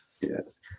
Yes